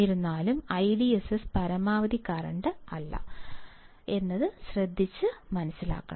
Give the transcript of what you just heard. എന്നിരുന്നാലും IDSS പരമാവധി കറന്റല്ല എന്നത് ശ്രദ്ധിക്കുക